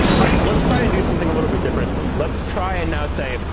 all right, so let's try and do something a little bit different. let's try and now say,